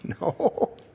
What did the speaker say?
no